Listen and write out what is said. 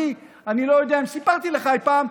אני לא יודע אם סיפרתי לך אי פעם,